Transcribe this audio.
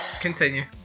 Continue